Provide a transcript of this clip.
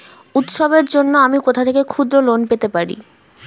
উৎসবের জন্য আমি কোথা থেকে ক্ষুদ্র লোন পেতে পারি?